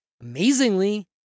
Amazingly